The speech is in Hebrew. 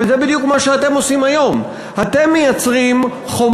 אבל זה בדיוק מה שאתם עושים היום: אתם מייצרים חומות